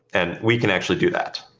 and we can actually do that.